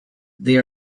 they